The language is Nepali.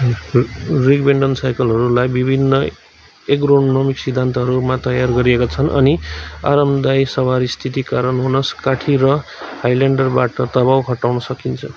रिक्म्बेन्ट साइकलहरूलाई विभिन्न एर्गोनोमिक सिद्धान्तहरूमा तयार गरिएका छन् अनि आरामदायी सवारी स्थितिका कारण हुने काठी र ह्यान्डलबारबाट दबाब हटाउँछन्